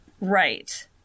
Right